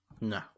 No